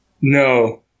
No